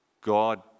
God